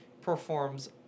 performs